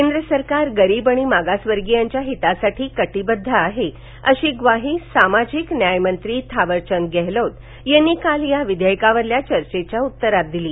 केंद्र सरकार गरीब आणि मागासवर्गीयांच्या हितासाठी कटीबद्ध आहे अशी ग्वाही सामाजिक न्यायमंत्री थावरचंद गहलोत यांनी काल या विधेयकावरील चर्चेच्या उत्तरात दिली